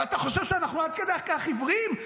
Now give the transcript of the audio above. ואתה חושב שאנחנו עד כדי כך עיוורים?